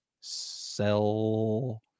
Sell